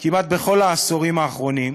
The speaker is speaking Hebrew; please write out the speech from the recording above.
כמעט בכל העשורים האחרונים.